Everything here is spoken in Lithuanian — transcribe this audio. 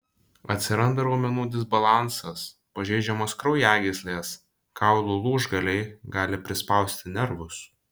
atsiranda raumenų disbalansas pažeidžiamos kraujagyslės kaulų lūžgaliai gali prispausti nervus